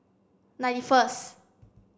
ninety first